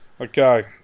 okay